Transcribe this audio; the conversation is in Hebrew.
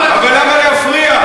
אבל למה להפריע?